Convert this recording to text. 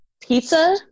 Pizza